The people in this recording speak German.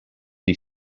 die